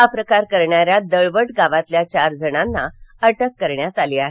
हा प्रकार करणाऱ्या दळवट गावातील चार जणांना अटक करण्यात आली आहे